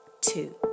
two